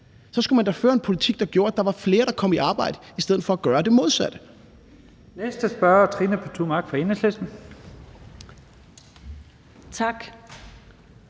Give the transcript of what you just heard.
så skulle man da føre en politik, der gjorde, at der var flere, der kom i arbejde – i stedet for at gøre det modsatte. Kl. 14:21 Første næstformand (Leif Lahn